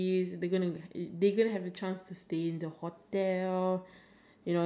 but I think what job would generate the most money is pilot a pilot or navy